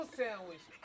sandwich